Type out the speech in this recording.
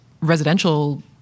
residential